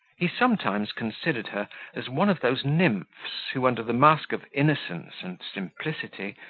he sometimes considered her as one of those nymphs, who, under the mask of innocence and simplicity,